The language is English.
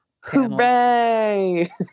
Hooray